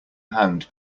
hand